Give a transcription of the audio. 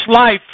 life